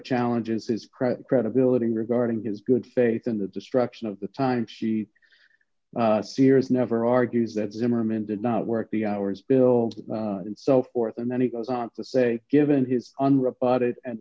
challenges his credit credibility regarding his good faith in the destruction of the time she sears never argues that zimmerman did not work the hours billed and so forth and then he goes on to say given his an